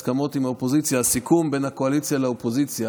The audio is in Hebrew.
הסיכום בין הקואליציה לאופוזיציה